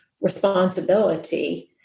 responsibility